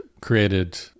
created